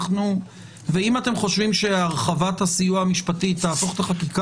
אם אתם חושבים שהרחבת הסיוע המשפטי תהפוך את החקיקה